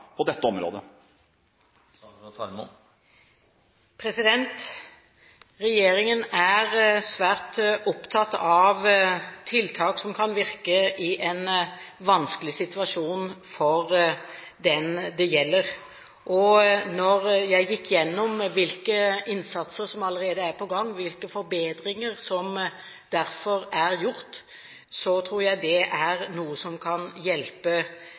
på dette området? Regjeringen er svært opptatt av tiltak som kan virke i en vanskelig situasjon for den det gjelder. Jeg gikk gjennom hvilke innsatser som allerede er på gang, og hvilke forbedringer som derfor er gjort, som jeg tror er noe som kan hjelpe